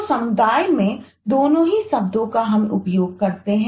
तो समुदाय में दोनों ही शब्दों का हम उपयोग करते हैं